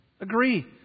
Agree